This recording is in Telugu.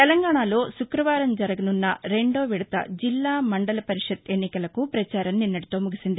తెలంగాణలో శుక్రవారం జరగనున్న రెండో విడత జిల్లా మండల పరిషత్ ఎన్నికలకు ప్రచారం నిన్నటితో ముగిసింది